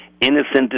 innocent